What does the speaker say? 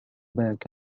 back